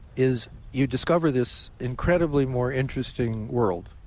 is you discover this incredibly more interesting world,